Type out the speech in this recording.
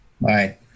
Bye